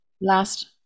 last